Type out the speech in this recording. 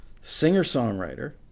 singer-songwriter